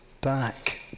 back